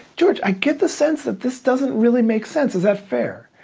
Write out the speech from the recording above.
george, i get the sense that this doesn't really make sense, is that fair?